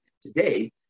today